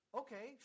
okay